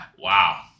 Wow